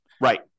Right